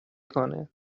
کنه